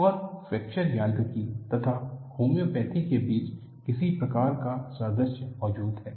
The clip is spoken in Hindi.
और फ्रैक्चर यांत्रिकी तथा होम्योपैथी के बीच किसी प्रकार का सादृश्य मौजूद है